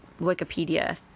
Wikipedia